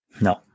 No